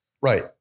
Right